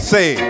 Say